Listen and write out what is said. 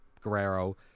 Guerrero